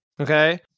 Okay